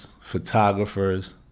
photographers